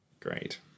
Great